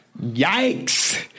Yikes